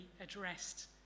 addressed